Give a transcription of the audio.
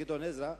גדעון עזרא,